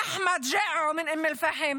אחמד ג'אעו מאום אל-פחם.